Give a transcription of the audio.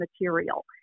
material